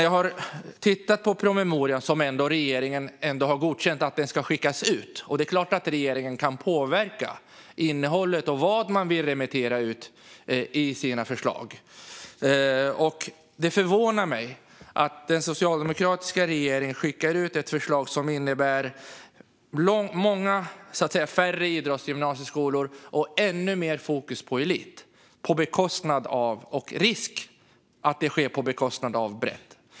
Jag har tittat på promemorian - regeringen har ändå godkänt att den ska skickas ut, och det är klart att regeringen kan påverka innehållet och vad man vill remittera i sina förslag - och det förvånar mig att en socialdemokratisk regering skickar ut ett förslag som innebär långt färre idrottsgymnasieskolor och ännu mer fokus på elit, med risk att det sker på bekostnad av bredd.